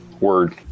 Word